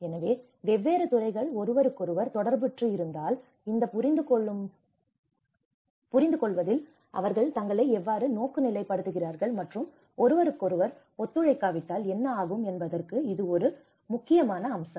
எனவே வெவ்வேறு துறைகள் ஒருவருக்கொருவர் தொடர்பற்று இருந்தால் இந்த புரிந்து கொள் புரிந்து கொள்வதில் அவர் தங்களை எவ்வாறு நோக்குநிலை படுத்துகிறார்கள் மற்றும் ஒருவருக்கொருவர் ஒத்துழைக்காவிட்டால் என்ன ஆகும் என்பதற்கு இது ஒரு முக்கியமான அம்சம்